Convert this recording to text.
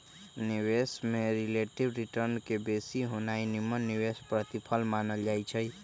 निवेश में relative return के बेशी होनाइ निम्मन निवेश प्रतिफल मानल जाइ छइ